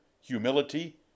humility